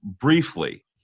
briefly